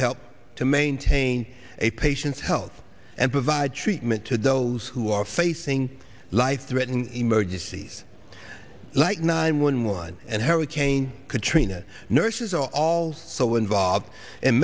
help to maintain a patient's health and provide treatment to those who are facing life threatening emergencies like nine one one and hurricane katrina nurses are also involved in